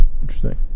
Interesting